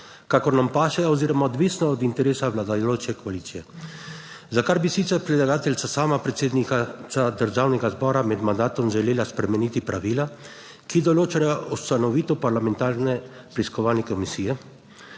kakor nam paše oziroma odvisno od interesa vladajoče koalicije, za kar bi sicer predlagateljica, sama predsednica Državnega zbora, med mandatom želela spremeniti pravila, ki določajo ustanovitev parlamentarne preiskovalne komisije.